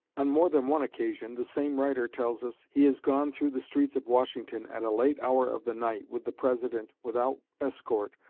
on more than one occasion, the same writer tells us, he has gone through the streets of washington at a late hour of the night with the president, without escort,